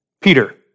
Peter